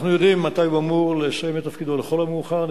אנחנו יודעים מתי הוא אמור לסיים את תפקידו לכל המאוחר,